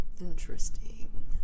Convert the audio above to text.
interesting